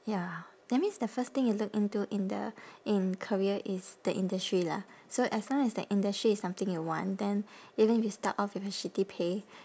ya that means the first thing you look into in the in career is the industry lah so as long as the industry is something you want then even if you start off with a shitty pay